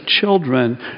children